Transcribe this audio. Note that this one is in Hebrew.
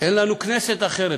אין לנו כנסת אחרת,